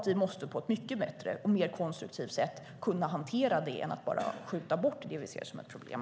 Vi måste kunna hantera det på ett mer konstruktivt sätt än att bara skjuta bort det som vi ser som ett problem.